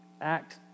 act